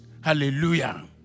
Hallelujah